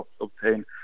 obtain